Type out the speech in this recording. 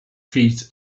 feet